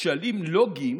כשלים לוגיים